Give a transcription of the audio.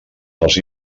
dels